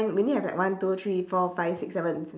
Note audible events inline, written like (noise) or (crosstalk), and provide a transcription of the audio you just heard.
(noise) we only have like one two three four five six seven